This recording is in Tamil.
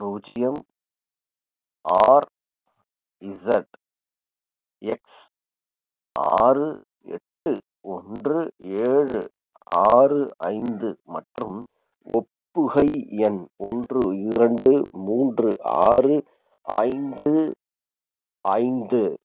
பூஜ்ஜியம் ஆர்இஸட்எக்ஸ் ஆறு எட்டு ஒன்று ஏழு ஆறு ஐந்து மற்றும் ஒப்புகை எண் ஒன்று இரண்டு மூன்று ஆறு ஐந்து ஐந்து